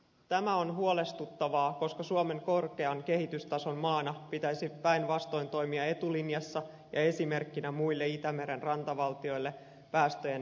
tämä on huolestuttavaa koska suomen korkean kehitystason maana pitäisi päinvastoin toimia etulinjassa ja esimerkkinä muille itämeren rantavaltioille päästöjen vähentämisessä